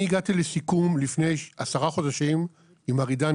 אני הגעתי לסיכום לפני עשרה חודשים עם מר עידן